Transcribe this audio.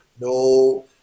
No